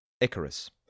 Icarus